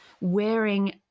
wearing